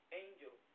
angel